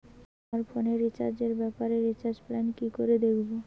আমার ফোনে রিচার্জ এর ব্যাপারে রিচার্জ প্ল্যান কি করে দেখবো?